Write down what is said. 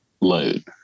load